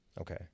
Okay